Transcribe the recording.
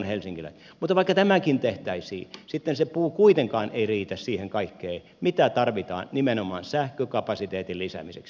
mutta vaikka tämäkin tehtäisiin se puu ei kuitenkaan riitä siihen kaikkeen mitä tarvitaan nimenomaan sähkökapasiteetin lisäämiseksi